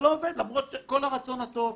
למרות כל הרצון הטוב.